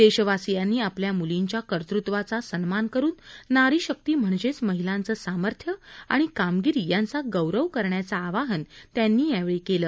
देशवासियांनी आपल्या म्लींच्या कर्तत्वाचा सन्मान करून नारीशक्ती म्हणजेच महिलांचं सामर्थ्य आणि कामगिरी यांचा गौरव करण्याचं आवाहन त्यांनी केलं